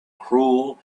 cruel